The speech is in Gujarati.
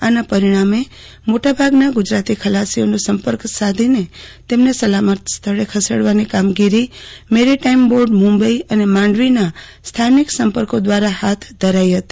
આના પરિણામે મોટાભાગના ગુજરાતી ખલાસીઓનો સંપર્ક સાધીને તેમને સલામત સ્થળે ખસેડવાની કામગીરી મેરીટાઇમ બોર્ડ મુંબઇ અને માંડવીના સ્થાનિક સંપર્કો દ્વારા હાથ ધરી હતી